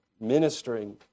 ministering